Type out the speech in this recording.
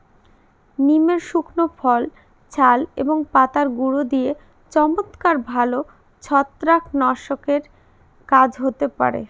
নিমের শুকনো ফল, ছাল এবং পাতার গুঁড়ো দিয়ে চমৎকার ভালো ছত্রাকনাশকের কাজ হতে পারে